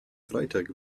freitag